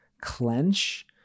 clench